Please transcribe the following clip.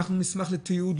אנחנו נשמח לתיעוד,